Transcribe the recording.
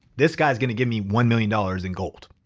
this guy is gonna give me one million dollars in gold,